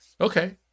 Okay